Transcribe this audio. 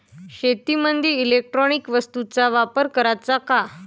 शेतीमंदी इलेक्ट्रॉनिक वस्तूचा वापर कराचा का?